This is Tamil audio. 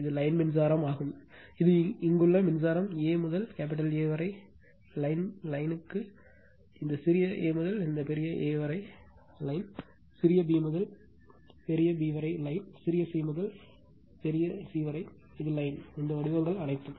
இது லைன் மின்சாரம் ஆகும் இது இங்கிருந்து இங்குள்ள மின்சாரம் a முதல் A வரை லைன் லைன்க்கு லைன் இந்த சிறிய a முதல் A வரை லைன் சிறிய b முதல் B வரை லைன் சிறிய சி முதல் சோர்ஸ் சி இது லைன் இந்த வடிவங்கள் அனைத்தும்